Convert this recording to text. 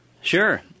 Sure